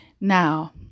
now